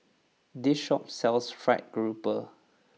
this shop sells Fried Garoupa